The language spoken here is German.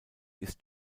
ist